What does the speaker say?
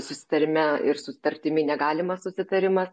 susitarime ir sutartimi negalimas susitarimas